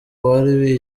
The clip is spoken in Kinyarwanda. wari